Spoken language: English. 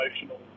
emotional